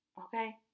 okay